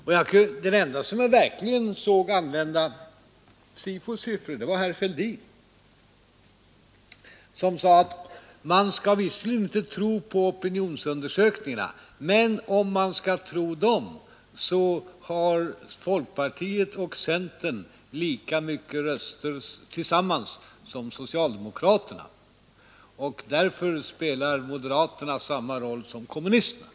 Och den ende som jag då såg använda SIFO:s siffror var herr Fälldin själv, som sade att man visserligen inte skall tro på opinionsundersökningarna, men skall man tro på dem så har folkpartiet och centern lika många röster tillsammans som socialdemokraterna, och därför spelar moderaterna samma roll som kommunisterna.